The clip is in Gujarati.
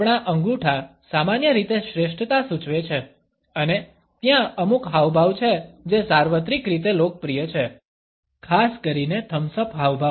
આપણા અંગૂઠા સામાન્ય રીતે શ્રેષ્ઠતા સૂચવે છે અને ત્યાં અમુક હાવભાવ છે જે સાર્વત્રિક રીતે લોકપ્રિય છે ખાસ કરીને થમ્સ અપ હાવભાવ